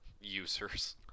users